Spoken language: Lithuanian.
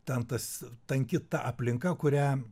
ten tas tanki ta aplinka kurią